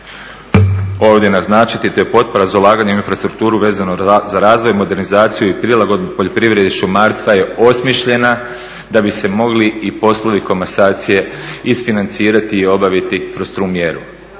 ovdje naznačiti. To je potpora za ulaganje u infrastrukturu vezano za razvoj, modernizaciju i prilagodbu poljoprivrede i šumarstva je osmišljena da bi se mogli i poslovi komasacije isfinancirati i obaviti kroz tu mjeru.